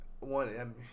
One